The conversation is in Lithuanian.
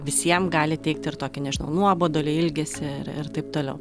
visiem gali teikt ir tokį nežinau nuobodulį ilgesį ir ir taip toliau